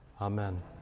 Amen